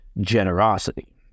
generosity